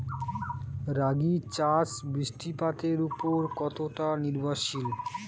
রাগী চাষ বৃষ্টিপাতের ওপর কতটা নির্ভরশীল?